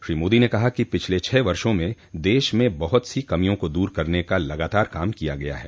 श्री मोदी ने कहा कि पिछले छह वर्षों में देश में बहुत सी कमियों को दूर करने का लगातार काम किया गया है